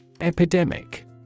Epidemic